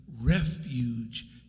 refuge